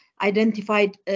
identified